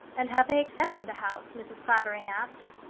and have they accepted the house? mrs. clavering asked.